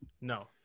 no